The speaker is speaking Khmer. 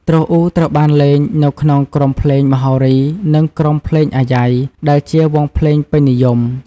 ទ្រអ៊ូត្រូវបានលេងនៅក្នុងក្រុមភ្លេងមហោរី និងក្រុមភ្លេងអាយ៉ៃ ដែលជាវង់ភ្លេងពេញនិយម។